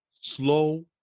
Slow